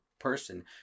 Person